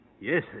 Yes